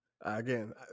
Again